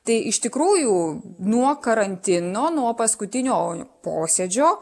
tai iš tikrųjų nuo karantino nuo paskutinio posėdžio